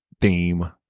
theme